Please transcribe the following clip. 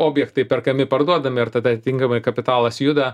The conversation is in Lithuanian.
objektai perkami parduodami ir tada tinkamai kapitalas juda